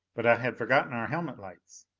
but i had forgotten our helmet lights.